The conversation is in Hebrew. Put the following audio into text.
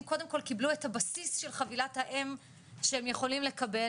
קודם כל קיבלו את הבסיס של חבילת האם שהם יכולים לקבל,